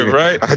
right